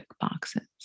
boxes